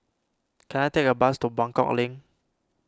can I take a bus to Buangkok Link